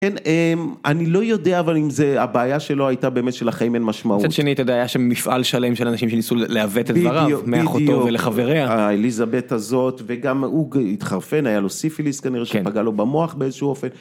כן, אני לא יודע, אבל אם זה הבעיה שלו הייתה באמת של החיים אין משמעות. צד שני, היה שם מפעל שלם של אנשים שניסו להוות את דבריו מאחותו ולחבריה. בדיוק, בדיוק, אליזבת הזאת, וגם הוא התחרפן, היה לו סיפיליס כנראה, שפגע לו במוח באיזשהו אופן.